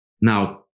Now